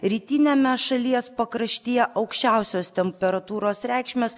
rytiniame šalies pakraštyje aukščiausios temperatūros reikšmes